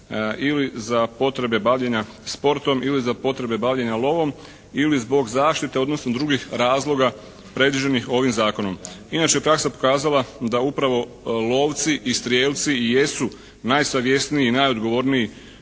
ili za potrebe bavljenja sportom ili za potrebe bavljenja lovom ili zbog zaštite odnosno drugih razloga predviđeni ovim zakonom. Inače je praksa pokazala da upravo lovci i strijelci i jesu najsavjesniji i najodgovorniji